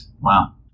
wow